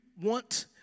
want